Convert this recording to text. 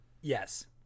Yes